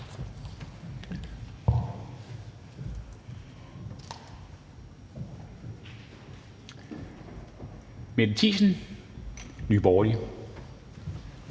Mette Thiesen, Nye